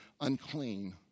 unclean